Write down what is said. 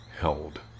held